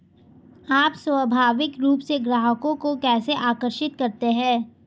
आप स्वाभाविक रूप से ग्राहकों को कैसे आकर्षित करते हैं?